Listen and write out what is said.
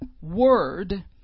word